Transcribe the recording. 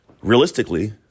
Realistically